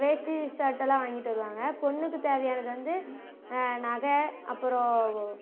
வேஷ்டி சட்டெல்லாம் வாங்கிகிட்டு வருவாங்க பொண்ணுக்கு தேவையானது வந்து நகை அப்புறம்